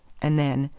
and then,